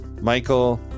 Michael